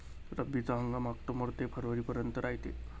रब्बीचा हंगाम आक्टोबर ते फरवरीपर्यंत रायते